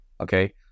Okay